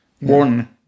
one